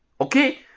Okay